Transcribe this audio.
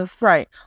Right